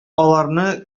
аларны